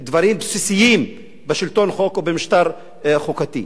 דברים בסיסיים בשלטון חוק או במשטר חוקתי.